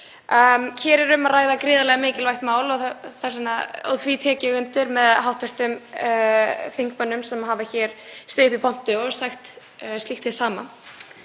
Hér er um að ræða gríðarlega mikilvægt mál og því tek ég undir með hv. þingmönnum sem hafa hér stigið í pontu og sagt slíkt hið sama.